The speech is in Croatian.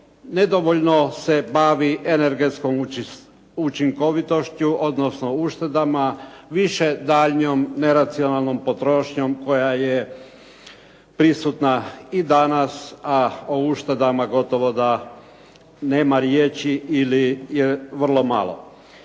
nedovoljno se bavi energetskom učinkovitošću odnosno uštedama, više daljnjom neracionalnom potrošnjom koja je prisutna i danas, a o uštedama gotovo da nema riječi ili je vrlo malo.